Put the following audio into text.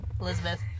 Elizabeth